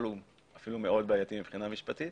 אבל הוא אפילו מאוד בעייתי מבחינה משפטית